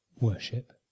worship